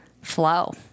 flow